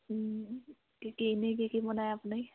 কি কি এনে কি কি বনাই আপুনি